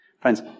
Friends